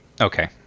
Okay